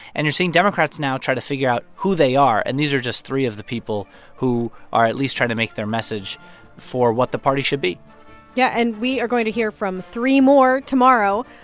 and you're seeing democrats now try to figure out who they are. and these are just three of the people who are at least trying to make their message for what the party should be yeah. and we are going to hear from three more tomorrow.